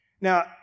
Now